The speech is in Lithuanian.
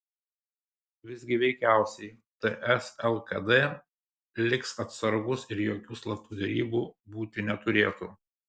visgi veikiausiai ts lkd liks atsargūs ir jokių slaptų derybų būti neturėtų